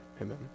Amen